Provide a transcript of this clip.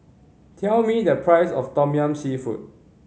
tell me the price of tom yum seafood